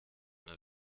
mehr